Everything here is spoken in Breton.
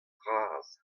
bras